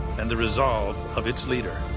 and the resolve of its leader.